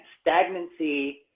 stagnancy